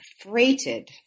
freighted